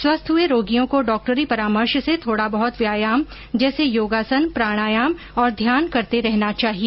स्वस्थ हए रोगियों को डाक्टरी परामर्श से थोड़ा बहत व्यायाम जैसे योगासन प्राणायाम और ध्यान करते रहना चाहिए